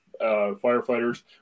firefighters